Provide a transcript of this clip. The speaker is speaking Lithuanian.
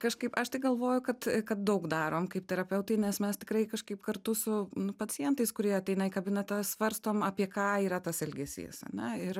kažkaip aš tai galvoju kad kad daug darom kaip terapeutai nes mes tikrai kažkaip kartu su pacientais kurie ateina į kabinetą svarstom apie ką yra tas elgesys ar ne ir